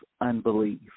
unbelief